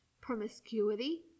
promiscuity